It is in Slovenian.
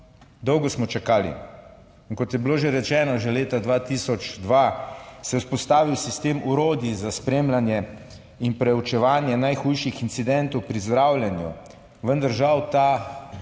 Dolgo smo čakali in kot je bilo že rečeno, že leta 2002 se je vzpostavil sistem orodij za spremljanje in preučevanje najhujših incidentov pri zdravljenju, vendar žal ta